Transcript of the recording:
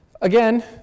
Again